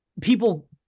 people-